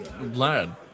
lad